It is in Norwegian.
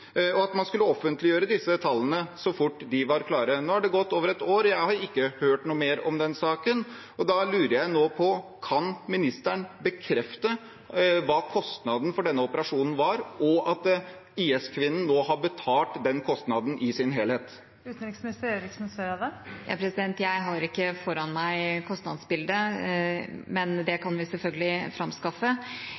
og at man skulle offentliggjøre disse tallene så fort de var klare. Nå har det gått over et år, og jeg har ikke hørt noe mer om den saken. Da lurer jeg nå på om ministeren kan bekrefte hva kostnaden for denne operasjonen var, og at IS-kvinnen nå har betalt den kostnaden i sin helhet. Jeg har ikke kostnadsbildet foran meg, men det